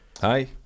Hi